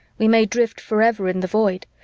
we may drift forever in the void,